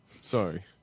Sorry